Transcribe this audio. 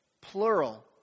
Plural